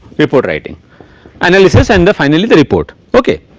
report writing analysis and the finally the report okay,